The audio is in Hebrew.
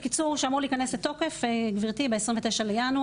שאמור להיכנס לתוקף ב-29 בינואר.